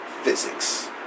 physics